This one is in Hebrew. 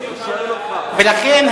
על מה דיברת, מסיר את ההתנגדות.